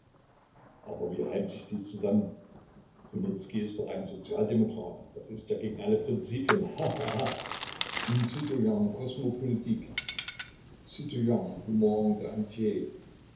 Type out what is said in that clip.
aber wie reimt sich dies zusammen kunicki ist doch ein sozialdemokrat das ist ja gegen alle prinzipien ha ha